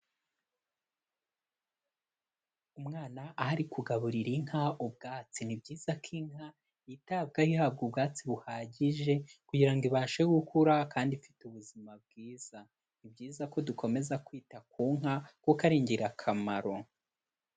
Umwana aho ari kugaburira inka ubwatsi, ni byiza ko inka yitabwayo ihabwa ubwatsi buhagije kugira ngo ibashe gukura kandi ifite ubuzima bwiza, ni byiza ko dukomeza kwita ku nka kuko ari ingirakamaro.